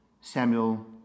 samuel